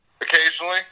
Occasionally